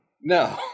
No